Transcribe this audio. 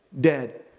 dead